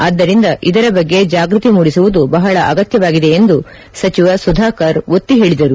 ಆದ್ದರಿಂದ ಇದರ ಬಗ್ಗೆ ಜಾಗೃತಿ ಮೂಡಿಸುವುದು ಬಹಳ ಅಗತ್ಯವಾಗಿದೆ ಎಂದು ಸಚಿವ ಸುಧಾಕರ್ ಒತ್ತಿ ಹೇಳಿದರು